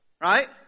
Right